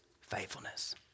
faithfulness